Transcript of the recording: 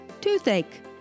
toothache